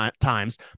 times